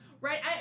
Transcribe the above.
right